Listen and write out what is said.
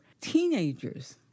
teenagers